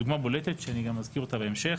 דוגמה בולטת שאני גם אזכיר אותה בהמשך,